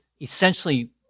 essentially